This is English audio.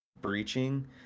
breaching